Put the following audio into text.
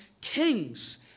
kings